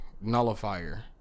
Nullifier